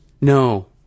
No